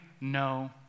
No